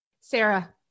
Sarah